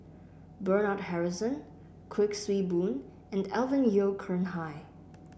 Bernard Harrison Kuik Swee Boon and Alvin Yeo Khirn Hai